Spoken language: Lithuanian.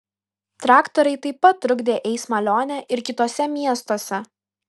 traktoriai taip pat trukdė eismą lione ir kituose miestuose